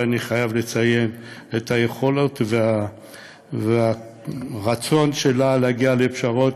ואני חייב לציין את היכולות והרצון שלה להגיע לפשרות,